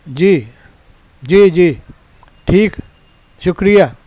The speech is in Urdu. جی جی جی ٹھیک شکریہ